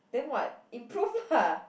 then what improve lah